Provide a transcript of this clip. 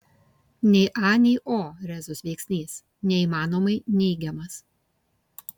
nei a nei o rezus veiksnys neįmanomai neigiamas